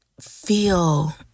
feel